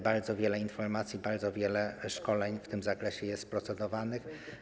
Bardzo wiele informacji, bardzo wiele szkoleń w tym zakresie jest procedowanych.